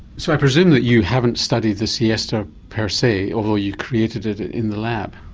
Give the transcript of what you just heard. so i presume that you haven't studied the siesta per se, although you created it in the lab?